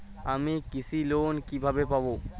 আমি কৃষি লোন কিভাবে পাবো?